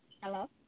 Hello